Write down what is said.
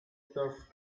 turf